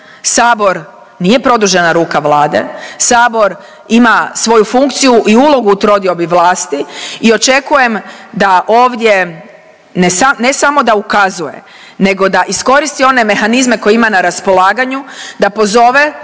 Sabor nije produžena ruka Vlade, Sabor ima svoju funkciju i ulogu u trodiobi vlasti i očekujem da ovdje ne samo da ukazuje, nego da iskoristi one mehanizme koje ima na raspolaganju, da pozove